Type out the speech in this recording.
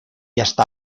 hasta